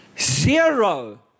Zero